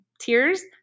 tears